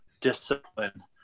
discipline